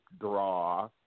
draw